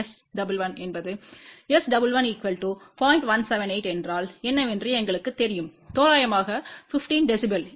178என்றால் என்னவென்று எங்களுக்குத் தெரியும் தோராயமாக 15 dB